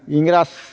इंराज